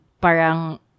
Parang